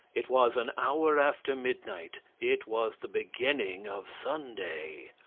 it was an hour after midnight, it was the beginning of sunday.